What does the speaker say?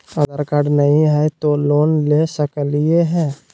आधार card नही हय, तो लोन ले सकलिये है?